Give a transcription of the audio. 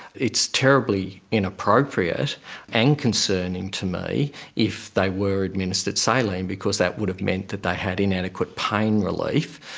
it's terribly inappropriate and concerning to me if they were administered saline because that would have meant that they had inadequate pain relief,